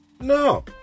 no